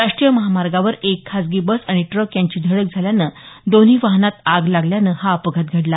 राष्टीय महामार्गावर एक खाजगी बस आणि टृक यांची धडक झाल्यानं दोन्ही वाहनात आग लागल्यानं हा अपघात घडला